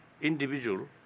individual